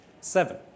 Seven